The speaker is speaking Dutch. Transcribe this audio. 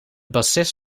bassist